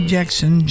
Jackson